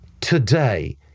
today